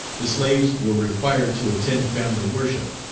the slaves were required to attend family worship.